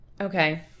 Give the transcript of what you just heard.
Okay